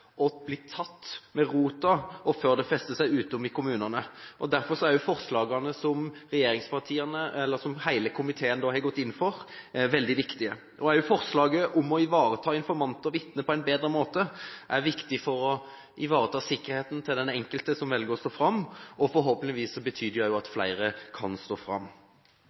blir prioritert, at kriminaliteten blir tatt med rota før den fester seg ute i kommunene. Derfor er forslagene som hele komiteen har gått inn for, veldig viktige. Forslaget om å ivareta informanter og vitner på en bedre måte er viktig for å ivareta sikkerheten til den enkelte som velger å stå fram. Forhåpentligvis vil det bety at flere kan stå fram.